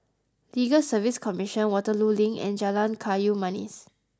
Legal Service Commission Waterloo Link and Jalan Kayu Manis